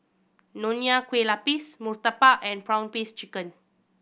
Nonya Kueh Lapis murtabak and prawn paste chicken